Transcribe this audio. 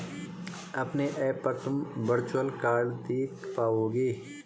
अपने ऐप पर तुम वर्चुअल कार्ड देख पाओगे